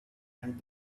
and